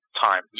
time